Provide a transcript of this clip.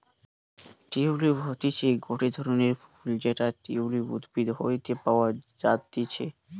tulip হতিছে গটে ধরণের ফুল যেটা টিউলিপ উদ্ভিদ হইতে পাওয়া যাতিছে